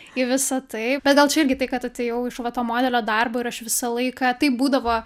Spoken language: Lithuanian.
į visa tai bet gal čia irgi tai kad atėjau iš va to modelio darbo ir aš visą laiką taip būdavo